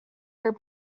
her